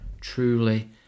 Truly